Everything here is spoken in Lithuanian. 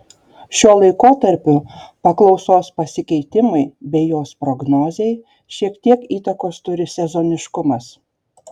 šiuo laikotarpiu paklausos pasikeitimui bei jos prognozei šiek tiek įtakos turi sezoniškumas